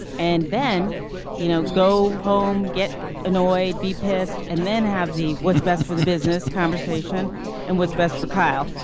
and then you know go home get annoyed be pissed and then have the what's best for the business conversation and what's best for kyle.